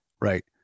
right